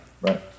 right